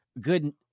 good